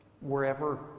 wherever